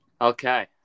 Okay